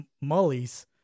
mollies